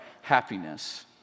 happiness